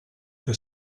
che